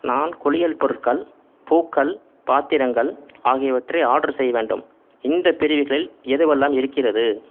நான் குளியல் பொருட்கள் பூக்கள் பாத்திரங்கள் ஆகியவற்றை ஆட்ரு செய்ய வேண்டும் இந்த பிரிவுகளில் எதுவெல்லாம் இருக்கிறது